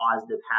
positive